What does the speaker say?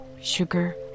sugar